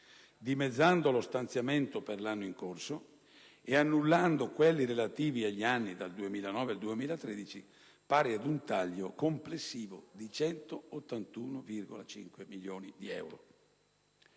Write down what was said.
dimezzando lo stanziamento per l'anno in corso e annullando quelli relativi agli anni 2009-2013, pari ad un taglio complessivo di 181,5 milioni di euro.